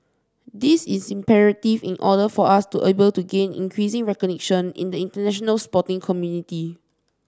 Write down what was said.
this is imperative in order for us to be able to gain increasing recognition in the international sporting community